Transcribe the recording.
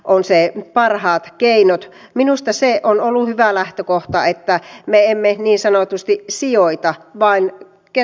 on se e parhaat keinot minusta biotaloushan on yksi kärkihankkeistamme ja tällä ratkaisulla tuetaan myös tätä kärkihanketta